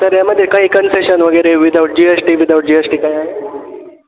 sir यामध्ये काही concession वगैरे without G S T without G S T काय आहे